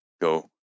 go